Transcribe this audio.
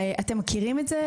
אתם מכירים את זה?